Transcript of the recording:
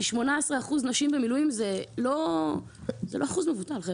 כאמור, 18 אחוזים נשים במילואים זה לא אחוז מבוטל.